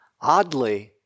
oddly